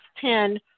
ten